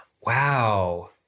Wow